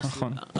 נכון.